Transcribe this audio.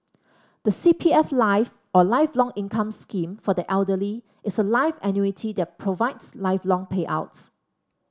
the C P F Life or Lifelong Income Scheme for the Elderly is a life annuity that provides lifelong payouts